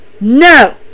no